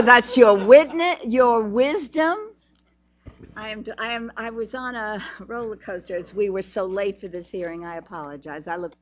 witness your wisdom i am i am i was on a roller coaster as we were so late for this hearing i apologize i lo